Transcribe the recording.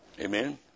Amen